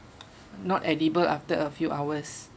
not edible after a few hours